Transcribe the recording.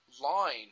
line